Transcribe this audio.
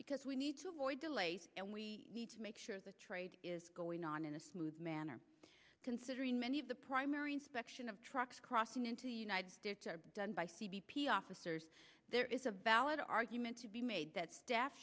because we need to avoid delays and we need to make sure the trade is going on in a smooth manner considering many of the primary inspection of trucks crossing into united done by c b p officers there is a valid argument to be made that staff